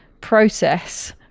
process